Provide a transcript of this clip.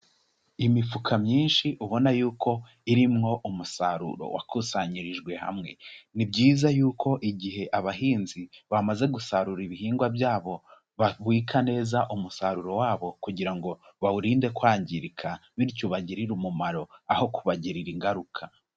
Imifuka myinshi ubona yuko irimwo umusaruro wakusanyirijwe hamwe. Ni byiza yuko igihe abahinzi bamaze gusarura ibihingwa byabo, babika neza umusaruro wabo kugira ngo bawurinde kwangirika bityo ubagirire umumaro, aho kubagirira ingaruka.